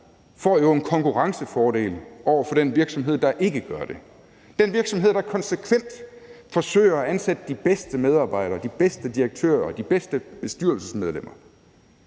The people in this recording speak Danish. får jo en konkurrencefordel over for den virksomhed, der ikke gør det. Den virksomhed, der konsekvent forsøger at ansætte de bedste medarbejdere, de bedste direktører og de bedste bestyrelsesmedlemmer,